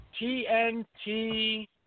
TNT